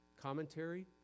commentary